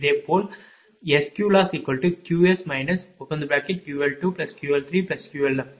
இதேபோல் SQLossQs QL2QL3QL4